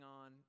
on